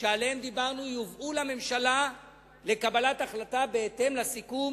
שעליהם דיברנו יובאו לממשלה לקבלת החלטה בהתאם לסיכום